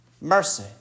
Mercy